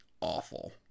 awful